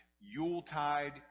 yuletide